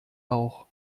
auch